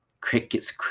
crickets